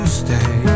stay